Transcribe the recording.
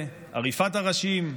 עריפת הראשים,